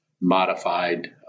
modified